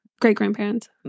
Great-grandparents